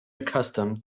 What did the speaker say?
accustomed